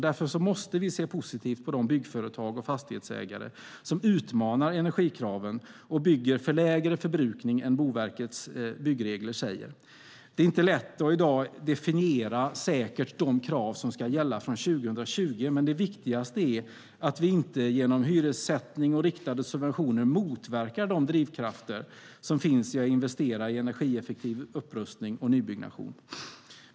Därför måste vi se positivt på de byggföretag och fastighetsägare som utmanar energikraven och bygger för lägre förbrukning än vad Boverkets byggregler anger. Det är inte lätt att i dag säkert definiera de krav som ska gälla från 2020. Det viktigaste är att vi inte genom hyressättning och riktade subventioner motverkar de drivkrafter som finns till att investera i energieffektiv upprustning och nybyggnation.